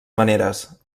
maneres